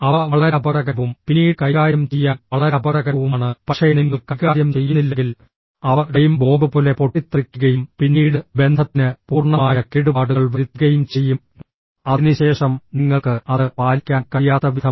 അവ വളരെ അപകടകരവും പിന്നീട് കൈകാര്യം ചെയ്യാൻ വളരെ അപകടകരവുമാണ് പക്ഷേ നിങ്ങൾ കൈകാര്യം ചെയ്യുന്നില്ലെങ്കിൽ അവ ടൈം ബോംബ് പോലെ പൊട്ടിത്തെറിക്കുകയും പിന്നീട് ബന്ധത്തിന് പൂർണ്ണമായ കേടുപാടുകൾ വരുത്തുകയും ചെയ്യും അതിനുശേഷം നിങ്ങൾക്ക് അത് പാലിക്കാൻ കഴിയാത്തവിധം